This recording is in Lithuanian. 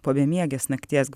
po bemiegės nakties